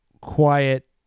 quiet